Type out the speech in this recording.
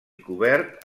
cobert